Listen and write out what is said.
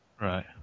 Right